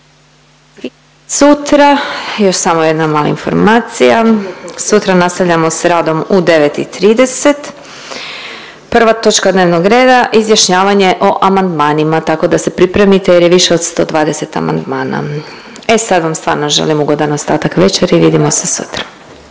Sutra, još samo jedna mala informacija. Sutra nastavljamo s radom u 9,30. Prva točka dnevnog reda Izjašnjavanje o amandmanima. Tako da se pripremite jer je više od 120 amandmana. E sad vam stvarno želim ugodan ostatak večeri, vidimo se sutra.